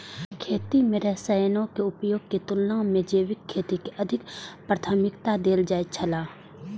खेती में रसायनों के उपयोग के तुलना में जैविक खेती के अधिक प्राथमिकता देल जाय छला